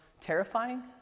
terrifying